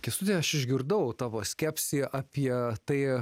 kęstuti aš išgirdau tavo skepsį apie tai